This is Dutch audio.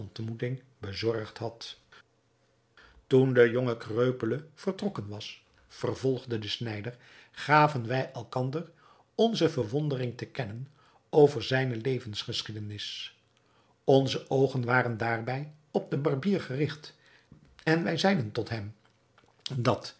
ontmoeting bezorgd had toen de jonge kreupele vertrokken was vervolgde de snijder gaven wij elkander onze verwondering te kennen over zijne levensgeschiedenis onze oogen waren daarbij op den barbier gerigt en wij zeiden tot hem dat